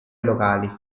locali